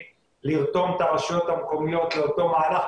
לרתום את הרשויות המקומיות לאותו מהלך,